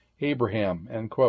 Abraham